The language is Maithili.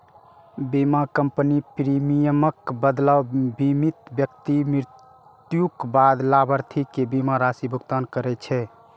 बीमा कंपनी प्रीमियमक बदला बीमित व्यक्ति मृत्युक बाद लाभार्थी कें बीमा राशिक भुगतान करै छै